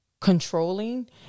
controlling